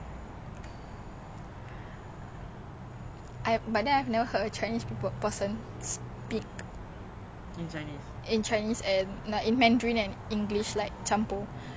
most of my chinese friends don't even speak mandarin cause they hate mandarin I don't know why ya some of them hate the bahasa ibunda I'm like bro